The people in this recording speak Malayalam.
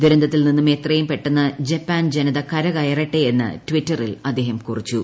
ദുരന്തത്തിൽ നിന്നും എത്രയും പെട്ടെന്ന് ജപ്പാൻ ജനത കരകയറട്ടെ എന്ന് ട്വിറ്ററിൽ അദ്ദേഹം കുറിച്ചു